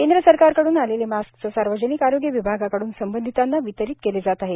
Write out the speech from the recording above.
केंद्र सरकारकड्न आलेले मास्कचं सार्वजनिक आरोग्य विभागाकड्रन संबंधितांना वितरीत केले जात आहेत